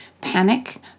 Panic